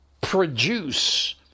produce